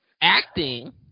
Acting